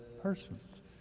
persons